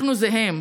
אנחנו זה הם.